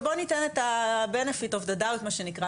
ובוא ניתן את ה- Benefit of the doubt מה שנקרא,